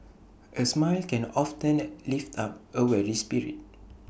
A smile can often lift up A weary spirit